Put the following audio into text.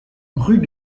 rue